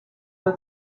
who